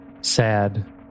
sad